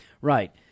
right